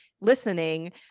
listening